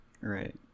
right